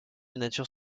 nature